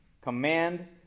command